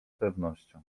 pewnością